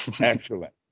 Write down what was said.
Excellent